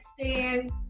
stand